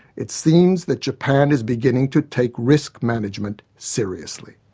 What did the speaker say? it seems that japan is beginning to take risk management seriously.